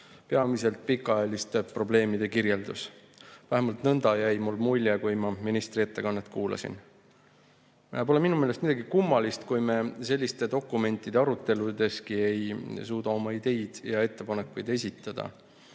peamiselt pikaajaliste probleemide kirjeldus. Vähemalt nõnda jäi mulle mulje, kui ma ministri ettekannet kuulasin. Pole minu meelest midagi kummalist, kui me selliste dokumentide aruteludeski ei suuda oma ideid ja ettepanekuid esitada.